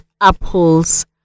apples